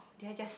did I just